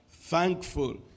Thankful